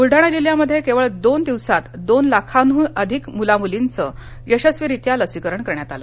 बुलडाणा जिल्ह्यामध्ये केवळ दोन दिवसात दोन लाखांहून अधिक मुलामुलींचं यशस्वीरित्या लसीकरण करण्यात आलं